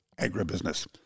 agribusiness